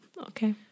Okay